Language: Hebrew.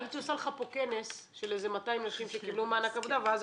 הייתי עושה לך פה כנס של 200 נשים שקיבלו מענק עבודה ואז,